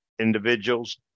individuals